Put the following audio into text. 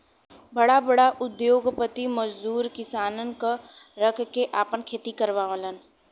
बड़ा बड़ा उद्योगपति मजदूर किसानन क रख के आपन खेती करावलन